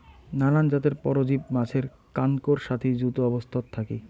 নানান জাতের পরজীব মাছের কানকোর সাথি যুত অবস্থাত থাকি